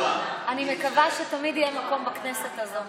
אני מקווה שתמיד יהיה מקום בכנסת הזאת.